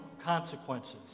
consequences